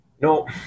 no